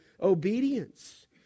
obedience